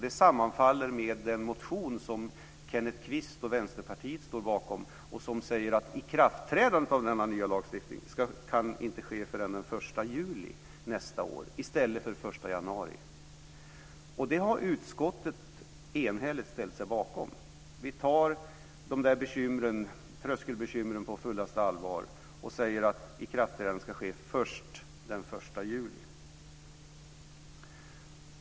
Det sammanfaller med den motion som Kenneth Kvist och Vänsterpartiet står bakom som säger att ikraftträdandet av denna nya lagstiftning inte kan ske förrän den 1 juli nästa år i stället för den 1 januari. Det har utskottet enhälligt ställt sig bakom. Vi tar dessa bekymmer, tröskelbekymren, på fullaste allvar och säger att ikraftträdandet ska ske först den 1 juli.